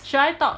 should I talk